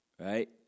Right